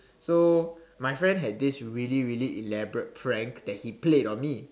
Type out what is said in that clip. so my friend had this really really elaborate prank that he played on me